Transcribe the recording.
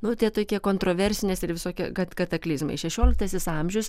nu tie tokie kontroversinės ir visokie kat kataklizmai šešioliktasis amžius